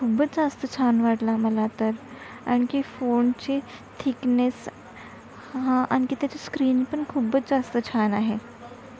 खूपच जास्त छान वाटला मला तर आणखी फोनची थिकनेस हं आणखी त्याची स्क्रीन पण खूपच जास्त छान आहे